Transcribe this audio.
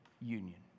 union